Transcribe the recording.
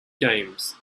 games